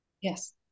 yes